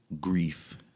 grief